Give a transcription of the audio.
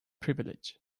privilege